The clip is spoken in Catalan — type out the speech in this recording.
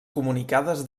comunicades